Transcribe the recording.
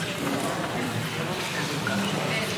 כהצעת הוועדה,